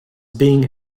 being